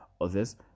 others